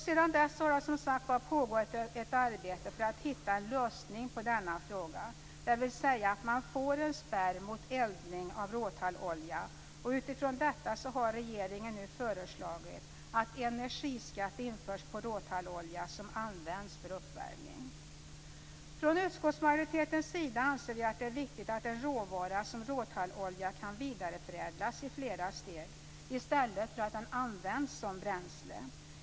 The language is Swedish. Sedan dess har det som sagt pågått ett arbete för att hitta en lösning på denna fråga, dvs. att man får en spärr mot eldning av råtallolja och utifrån detta så har regeringen nu föreslagit att energiskatt införs på råtallolja som används för uppvärmning. Från utskottsmajoriteten anser vi att det är viktigt att en råvara som råtallolja kan vidareförädlas i flera steg, i stället för att den används som bränsle.